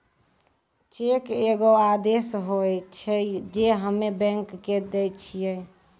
cheque एगो आदेश होय छै जे हम्मे बैंको के दै छिये